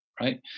Right